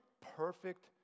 perfect